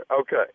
Okay